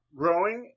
growing